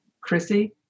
Chrissy